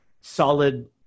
solid